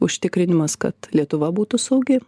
užtikrinimas kad lietuva būtų saugi